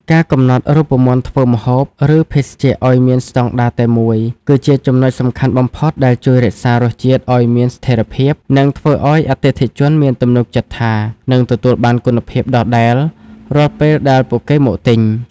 ការកំណត់រូបមន្តធ្វើម្ហូប ឬភេសជ្ជៈឱ្យមានស្ដង់ដារតែមួយ គឺជាចំណុចសំខាន់បំផុតដែលជួយរក្សារសជាតិឱ្យមានស្ថិរភាព និងធ្វើឱ្យអតិថិជនមានទំនុកចិត្តថានឹងទទួលបានគុណភាពដដែលរាល់ពេលដែលពួកគេមកទិញ។